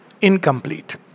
incomplete